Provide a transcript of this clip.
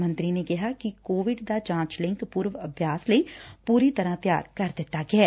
ਮੰਤਰੀ ਨੇ ਕਿਹਾ ਕਿ ਕੋਵਿਡ ਦਾ ਜਾਂਚ ਲਿੰਕ ਪੂਰਵ ਅਭਿਆਸ ਲਈ ਪੁਰੀ ਤਰਾਂ ਤਿਆਰ ਕਰ ਦਿੱਤਾ ਗਿਐ